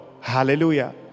hallelujah